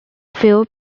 few